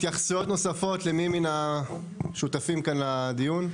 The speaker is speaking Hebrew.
התייחסויות נוספות למי מן השותפים כאן לדיון?